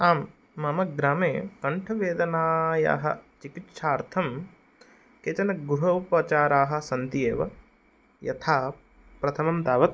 आम् मम ग्रामे कण्ठवेदनायाः चिकित्सार्थं केचन गृहोपचाराः सन्ति एव यथा प्रथमं तावत्